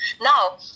Now